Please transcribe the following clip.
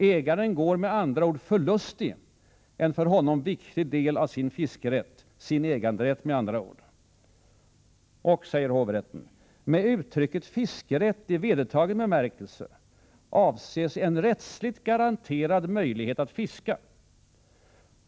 Ägaren går med andra ord förlustig en för honom viktig del av sin fiskerätt — sin äganderätt, med andra ord. Och, säger hovrätten, med uttrycket fiskerätt i vedertagen bemärkelse avses ”rättsligt garanterad möjlighet att fiska”.